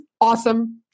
awesome